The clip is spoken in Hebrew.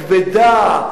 הכבדה,